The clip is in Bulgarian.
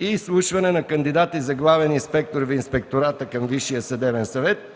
изслушване на кандидати за главен инспектор в Инспектората към Висшия съдебен съвет